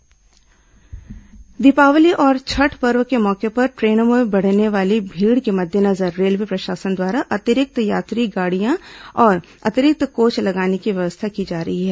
train परिचालन दीपावली और छठ पर्व के मौके पर ट्रेनों में बढ़ने वाली भीड़ के मद्देनजर रेलवे प्रशासन द्वारा अतिरिक्त यात्री गाड़ियां और अतिरिक्त कोच लगाने की व्यवस्था की जा रही है